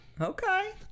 Okay